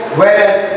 whereas